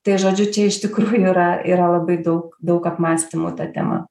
tai žodžiu čia iš tikrųjų yra yra labai daug daug apmąstymų ta tema